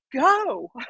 go